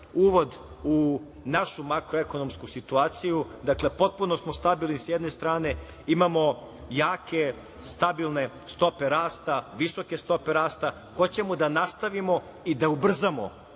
uvod u našu makroekonomsku situaciju. Dakle, potpuno smo stabilni, s jedne strane, imamo jake, stabilne stope rasta, visoke stope rasta, hoćemo da nastavimo i da ubrzamo